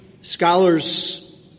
scholars